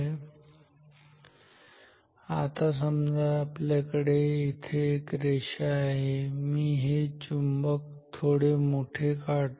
आता आता समजा आपल्याकडे येथे एक रेषा आहे मी हे चुंबक थोडे मोठे काढतो